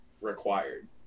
required